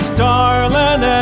darling